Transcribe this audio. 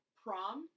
prom